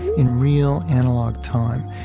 in real analog time,